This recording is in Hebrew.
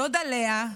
דודה לאה,